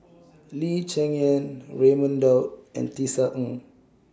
Lee Cheng Yan Raman Daud and Tisa Ng